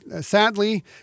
sadly